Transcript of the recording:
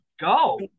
go